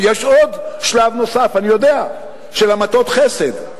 יש עוד שלב נוסף, אני יודע, של המתות חסד.